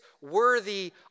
worthy